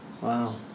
Wow